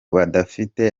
badafite